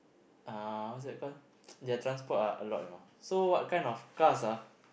ah what's that call their transport ah a lot you know so what kind of cars ah